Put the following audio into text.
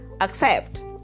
accept